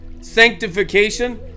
sanctification